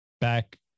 back